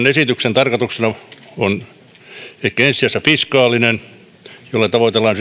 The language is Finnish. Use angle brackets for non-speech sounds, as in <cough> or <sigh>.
<unintelligible> esityksen tarkoitus on ehkä ensi sijassa fiskaalinen jolloin tavoitellaan <unintelligible>